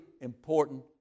important